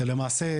ולמעשה,